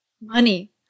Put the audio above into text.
Money